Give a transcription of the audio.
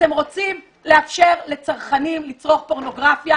אתם רוצים לאפשר לצרכנים לצרוך פורנוגרפיה,